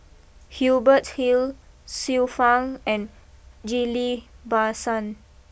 Hubert Hill Xiu Fang and Ghillie Basan